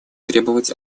требовать